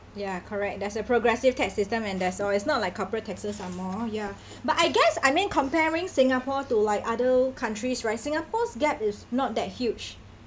ya correct there's a progressive tax system and that's all it's not like corporate taxes some more ya but I guess I mean comparing singapore to like other countries right singapore's gap is not that huge